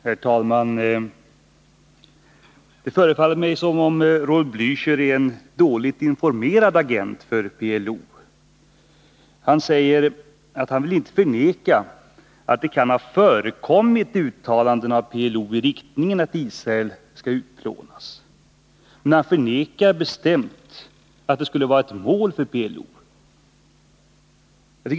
Herr talman! Det förefaller mig som om Raul Blächer är en dåligt informerad agent för PLO. Han säger att han inte vill förneka att det kan ha förekommit uttalanden av PLO i den riktningen att Israel skall utplånas. Men han förnekar bestämt att det skulle vara ett mål för PLO.